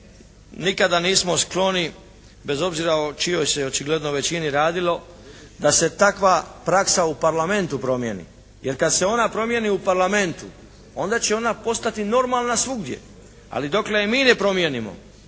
nikada nismo skloni, bez obzira o čijoj se očigledno većini radilo da se takva praksa u Parlamentu promijeni. Jer kad se ona promijeni u Parlamentu onda će ona postati normalna svugdje, ali dokle je mi ne promijenimo.